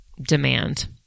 demand